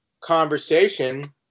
conversation